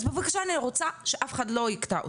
אז בבקשה אני רוצה שאף אחד לא יקטע אותה,